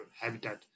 habitat